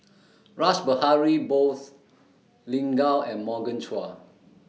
Rash Behari Bose Lin Gao and Morgan Chua